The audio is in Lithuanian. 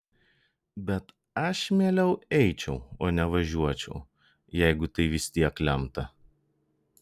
bet aš mieliau eičiau o ne važiuočiau jeigu tai vis tiek lemta